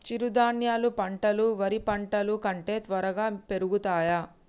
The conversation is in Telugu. చిరుధాన్యాలు పంటలు వరి పంటలు కంటే త్వరగా పెరుగుతయా?